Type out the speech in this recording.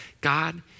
God